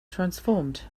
transformed